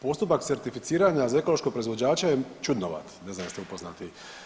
Postupak certificiranja za ekološkog proizvođača je čudnovat, ne znam jeste li upoznati.